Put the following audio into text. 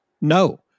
No